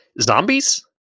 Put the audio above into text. Zombies